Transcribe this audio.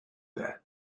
that